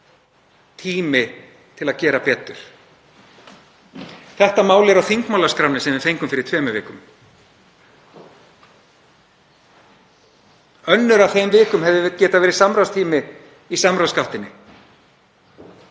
tími til að gera betur. Þetta mál er á þingmálaskránni sem við fengum fyrir tveimur vikum. Önnur af þeim vikum hefði getað verið samráðstími í samráðsgáttinni.